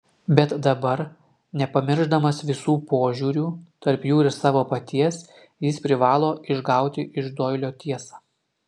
bet dabar nepamiršdamas visų požiūrių tarp jų ir savo paties jis privalo išgauti iš doilio tiesą